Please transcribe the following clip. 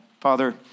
Father